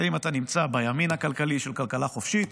האם אתה נמצא בימין הכלכלי של כלכלה חופשית